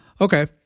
Okay